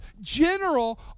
general